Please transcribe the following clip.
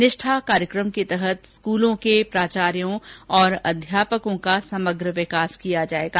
निष्ठा कार्यक्रम के तहत स्कूलों के प्राचायों और अध्यापकों का समग्र विकास किया जायेगा